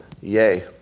Yay